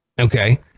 Okay